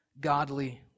godly